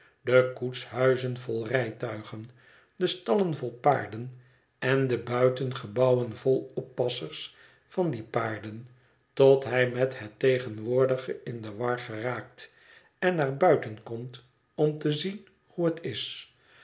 de koetshuizen vol rijtuigen de stallen vol paarden en de buitengebouwen vol oppassers van die paarden tot hij met het tegenwoordige in de war geraakt en naar buiten komt om te zien hoe het is